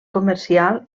comercial